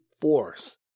force